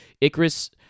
icarus